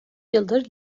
yıldır